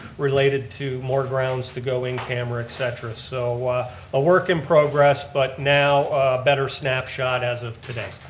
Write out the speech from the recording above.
related to more grounds to go in cameral, et cetera. so a work in progress, but now better snapshot as of today.